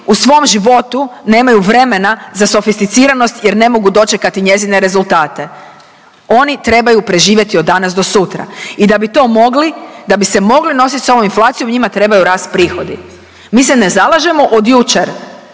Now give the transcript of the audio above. u svom životu nemaju vremena za sofisticiranost jer ne mogu dočekati njezine rezultate. Oni trebaju preživjeti od danas do sutra i da bi to mogli, da bi se mogli nositi sa ovom inflacijom njima trebaju rasti prihodi. Mi se ne zalažemo od jučer